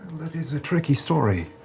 is is a tricky story.